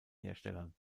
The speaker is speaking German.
herstellern